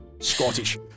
Scottish